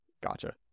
Gotcha